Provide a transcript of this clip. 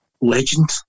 legend